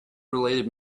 related